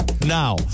Now